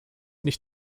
nicht